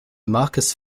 marcus